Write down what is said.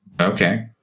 Okay